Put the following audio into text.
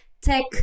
tech